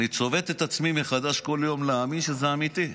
אני צובט את עצמי מחדש כל יום, להאמין שזה אמיתי.